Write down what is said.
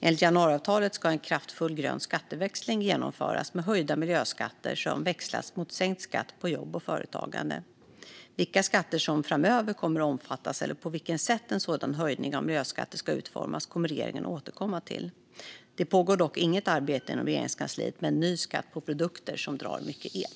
Enligt januariavtalet ska en kraftfull grön skatteväxling genomföras med höjda miljöskatter som växlas mot sänkt skatt på jobb och företagande. Vilka skatter som framöver kommer att omfattas eller på vilket sätt en sådan höjning av miljöskatter ska utformas kommer regeringen att återkomma till. Det pågår dock inget arbete inom Regeringskansliet med en ny skatt på produkter som drar mycket el.